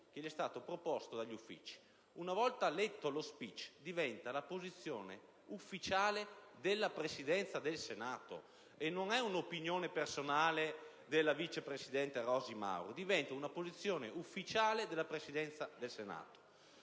che le è stato proposto dagli uffici. Una volta letto, lo *speech* diventa la posizione ufficiale della Presidenza del Senato; non è un'opinione personale della vice presidente Mauro, ma diventa una posizione ufficiale della Presidenza del Senato.